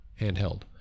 handheld